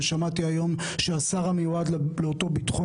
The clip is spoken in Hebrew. ושמעתי היום שהשר המיועד לאותו ביטחון